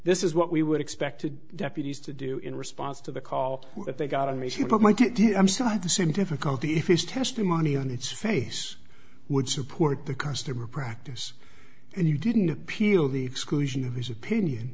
this is what we would expect to deputies to do in response to the call that they got to make sure but my dear i'm still at the same difficulty if is testimony on its face would support the customer practice and you didn't appeal the exclusion of his opinion